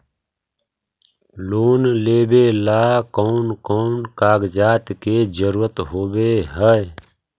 Loan लेबे ला कौन कौन कागजात के जरुरत होबे है?